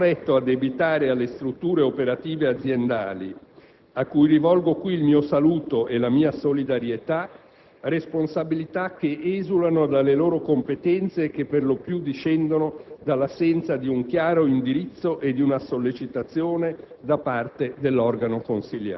Non sarebbe corretto addebitare alle strutture operative aziendali - a cui rivolgo qui il mio saluto e la mia solidarietà - responsabilità che esulano dalle loro competenze e che per lo più discendono dall'assenza di un chiaro indirizzo e di una sollecitazione